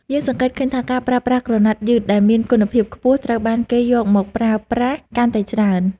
យើងសង្កេតឃើញថាការប្រើប្រាស់ក្រណាត់យឺតដែលមានគុណភាពខ្ពស់ត្រូវបានគេយកមកប្រើប្រាស់កាន់តែច្រើន។